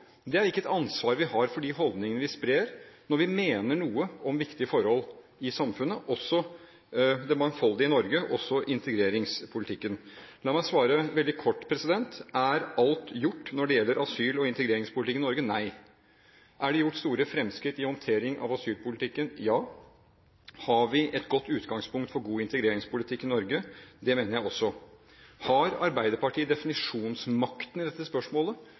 for de holdningene vi sprer når vi mener noe om viktige forhold i samfunnet – også det mangfoldige Norge, også integreringspolitikken. La meg svare veldig kort. Er alt gjort når det gjelder asyl- og integreringspolitikken i Norge? Nei. Er det gjort store fremskritt i håndtering av asylpolitikken? Ja. Har vi et godt utgangspunkt for god integreringspolitikk i Norge? Det mener jeg også. Har Arbeiderpartiet definisjonsmakten i dette spørsmålet?